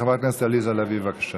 חברת הכנסת עליזה לביא, בבקשה.